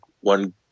one